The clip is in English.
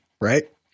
right